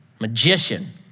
magician